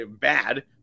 bad